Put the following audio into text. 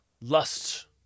lust